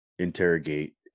interrogate